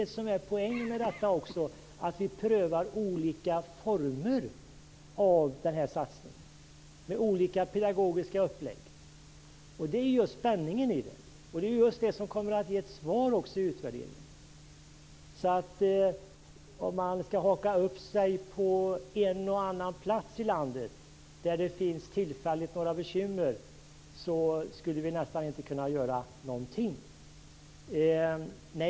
En poäng med detta är att vi prövar olika former av satsningar, med olika pedagogiska uppläggningar. Det är detta som är spänningen i det hela, och utvärderingen kommer att ge besked på dessa punkter. Om man skulle haka upp sig på att det på en och annan plats i landet tillfälligt finns bekymmer, skulle vi nästan inte kunna göra någonting.